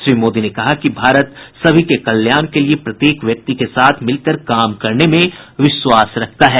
श्री मोदी ने कहा कि भारत सभी के कल्याण के लिए प्रत्येक व्यक्ति के साथ मिलकर काम करने में विश्वास करता है